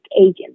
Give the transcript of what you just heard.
agent